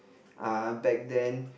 uh back then